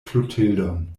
klotildon